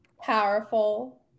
powerful